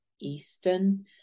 Eastern